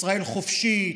ישראל חופשית,